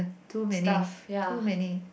too many too many